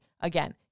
Again